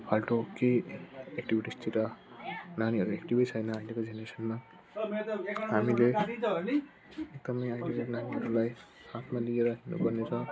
फाल्टु केही एक्टिभिटिजतिर नानीहरू एक्टिभै छैन अहिलेको जेनेरेसनमा हामीले एकदमै अहिलेको नानीहरूलाई साथमा लिएर गर्नुछ